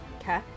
Okay